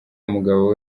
umugabo